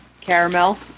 Caramel